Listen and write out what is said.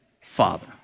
father